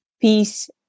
peace